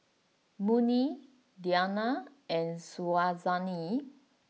Murni Diyana and Syazwani